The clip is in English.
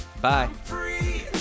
Bye